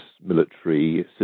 military